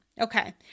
Okay